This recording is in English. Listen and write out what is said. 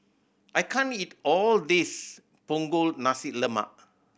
I can't eat all this Punggol Nasi Lemak